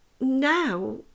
now